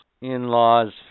in-laws